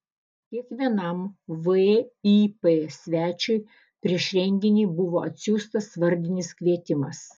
kiekvienam vip svečiui prieš renginį buvo atsiųstas vardinis kvietimas